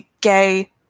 gay